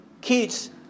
kids